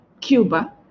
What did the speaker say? Cuba